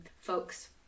Folks